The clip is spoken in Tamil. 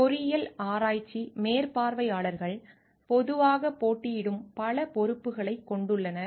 பொறியியல் ஆராய்ச்சி மேற்பார்வையாளர்கள் பொதுவாகப் போட்டியிடும் பல பொறுப்புகளைக் கொண்டுள்ளனர்